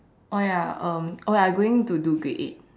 oh ya um I going to do grade eight